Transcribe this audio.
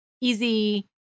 easy